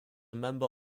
member